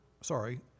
sorry